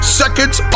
seconds